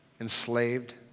enslaved